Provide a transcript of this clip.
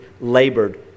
labored